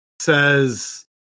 Says